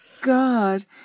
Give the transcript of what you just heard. God